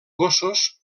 gossos